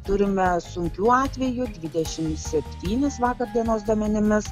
turime sunkių atvejų dvidešimt septynis vakar dienos duomenimis